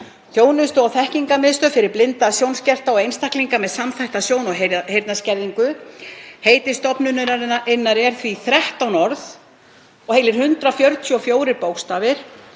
Þjónustu- og þekkingarmiðstöð fyrir blinda, sjónskerta og einstaklinga með samþætta sjón- og heyrnarskerðingu. Heiti stofnunarinnar er því 13 orð og heilir 144 bókstafir.